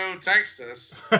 Texas